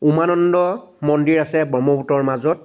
উমানন্দ মন্দিৰ আছে ব্ৰক্ষ্মপুত্ৰৰ মাজত